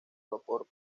vapor